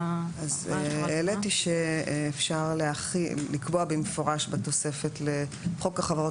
העליתי שאפשר לקבוע במפורש בתוספת לחוק החברות